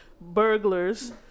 burglars